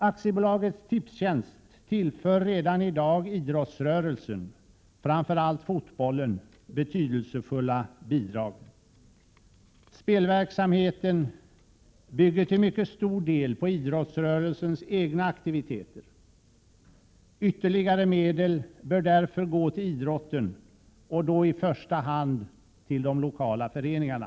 AB Tipstjänst tillför redan i dag idrottsrörelsen, framför allt fotbollen, betydelsefulla bidrag. Spelverksamheten bygger till mycket stor del på idrottsrörelsens egna aktiviteter. Ytterligare medel bör därför gå till idrotten — och då i första hand till de lokala föreningarna.